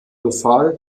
befahl